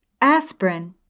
Aspirin